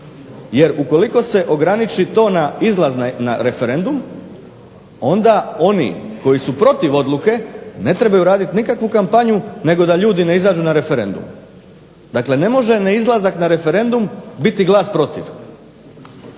Jer ukoliko se ograniči to na izlazne na referendum onda oni koji su protiv odluke ne trebaju radit nikakvu kampanju nego da ljudi ne izađu na referendum. Dakle, ne može neizlazak na referendum biti glas protiv.